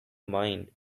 mind